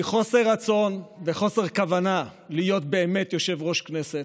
מחוסר רצון וחוסר כוונה להיות באמת יושב-ראש כנסת,